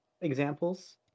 examples